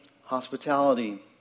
hospitality